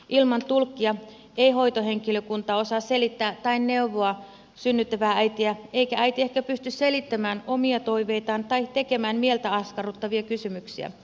ilman tulkkia ei hoitohenkilökunta osaa selittää asioita tai neuvoa synnyttävää äitiä eikä äiti ehkä pysty selittämään omia toiveitaan tai tekemään mieltä askarruttavia kysymyksiä